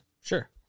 Sure